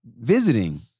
Visiting